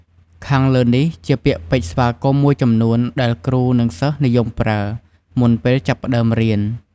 ខាងលើនេះជាពាក្យពេចន៍ស្វាគមន៍មួយចំនួន ដែលគ្រូ និងសិស្សនិយមប្រើ មុនពេលចាប់ផ្ដើមរៀន។